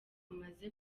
amaze